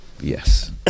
yes